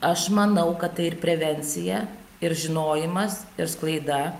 aš manau kad tai ir prevencija ir žinojimas ir sklaida